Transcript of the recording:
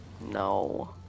No